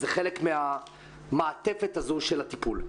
זה חלק מהמעטפת הזו של הטיפול.